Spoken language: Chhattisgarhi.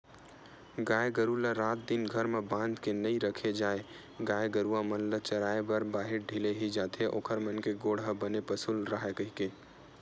गाय गरु ल रात दिन घर म बांध के नइ रखे जाय गाय गरुवा मन ल चराए बर बाहिर ढिले ही जाथे ओखर मन के गोड़ ह बने पसुल राहय कहिके